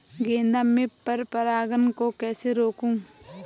गेंदा में पर परागन को कैसे रोकुं?